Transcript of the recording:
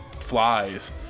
flies